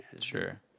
Sure